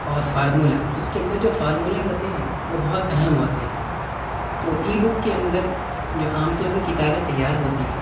اور فارمولہ اُس کے اندر جو فارمولے ہوتے ہیں وہ بہت اہم ہوتے ہیں تو ای بک کے اندرجو عام طور پر کتابیں تیار ہوتی ہیں